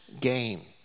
gain